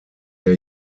der